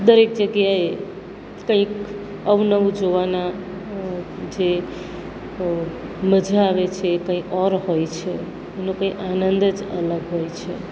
દરેક જગ્યાએ કંઈક અવનવું જોવાના જે મજા આવે છે કંઈ ઓર હોય છે એનો કંઈ આનંદ જ અલગ હોય છે